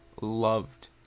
loved